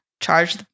charge